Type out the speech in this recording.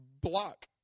block